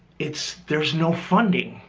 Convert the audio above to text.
it's there's no funding.